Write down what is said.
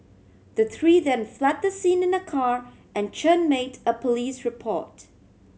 the three then fled the scene in a car and Chen made a police report